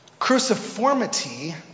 Cruciformity